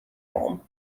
home